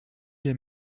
lès